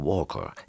Walker